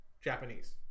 Japanese